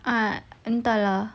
ah entah lah